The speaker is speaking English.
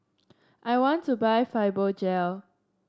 I want to buy Fibogel